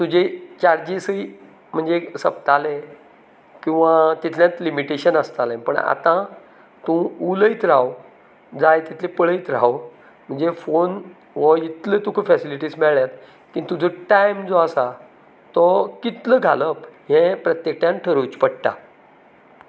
तुजी चार्जीसय बी म्हणजे सोंपतालें किंवां तितलेंच लिमीटेशन आसतालें पूण आतां तूं उलयत राव जाय तितलें पळयत राव म्हणजे फोन हो इतलो तुका फेसलीटीस मेळ्ळ्यात की तुजो टायम जो आसा तो कितलो घालप हें प्रत्येकट्यान थारावचें पडटा